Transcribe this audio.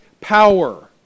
power